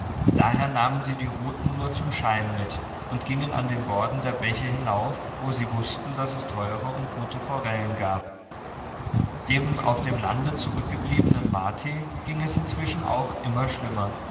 daher nahmen sie die ruten nur zum schein mit und gingen an den borden der bäche hinauf wo sie wußten daß es teure und gute forellen gab dem auf dem lande zurückgebliebenen marti ging es inzwischen auch immer schlimmer